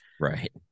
Right